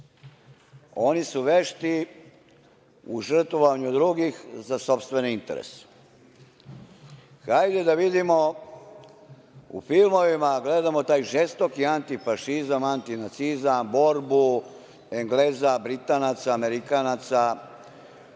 Oni su vešti u žrtvovanju drugih za sopstvene interese. Hajde da vidimo, u filmovima gledamo taj žestoki antifašizam, antinacizam, borbu Engleza, Britanac, Amerikanaca